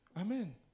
Amen